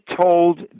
told